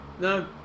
no